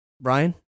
Brian